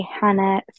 Hannah